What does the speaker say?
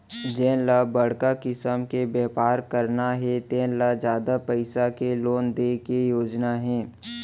जेन ल बड़का किसम के बेपार करना हे तेन ल जादा पइसा के लोन दे के योजना हे